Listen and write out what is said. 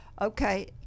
Okay